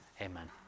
Amen